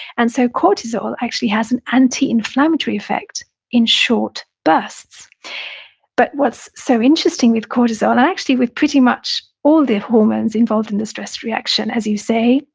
and so cortisol actually has an antiinflammatory effect in short bursts but what's so interesting with cortisol, and actually, with pretty much all the hormones involved in the stress reaction, as you say,